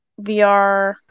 VR